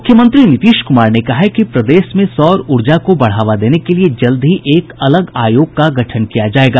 मुख्यमंत्री नीतीश कुमार ने कहा है कि प्रदेश में सौर ऊर्जा को बढ़ावा देने के लिए जल्द ही एक अलग आयोग का गठन किया जायेगा